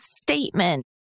statement